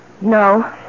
No